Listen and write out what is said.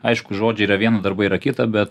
aišku žodžiai yra viena darbai yra kita bet